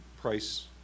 price